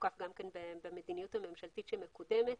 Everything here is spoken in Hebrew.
משוקף במדיניות הממשלתית שמקודמת,